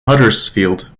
huddersfield